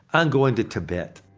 i'm going to tibet.